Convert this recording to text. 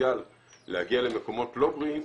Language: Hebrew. פוטנציאל להגיע למקומות לא בריאים,